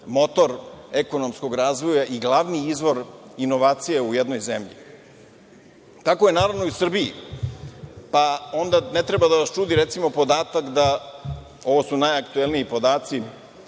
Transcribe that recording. motor ekonomskog razvoja i glavni izvor inovacija u jednoj zemlji. Tako je naravno i u Srbiji, pa onda ne treba da vas čudi podatak da, ovo su najaktuelniji podaci,